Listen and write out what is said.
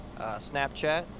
snapchat